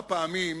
פעמים